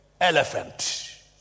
Elephant